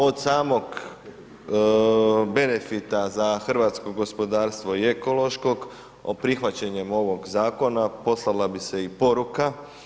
Od samog benefita za hrvatsko gospodarstvo i ekološkog o prihvaćanjem ovog zakona poslala bi se i poruka.